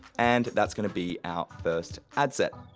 and that's gonna be our first ad set.